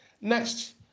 Next